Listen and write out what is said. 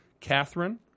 Catherine